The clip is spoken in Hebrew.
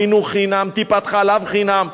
חינוך חינם, טיפת-חלב חינם.